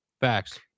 Facts